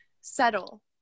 settle